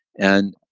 and